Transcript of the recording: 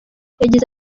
yagize